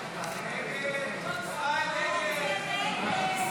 51 בעד, 60 נגד.